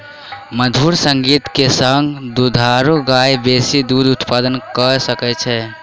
मधुर संगीत के संग दुधारू गाय बेसी दूध उत्पादन कअ सकै छै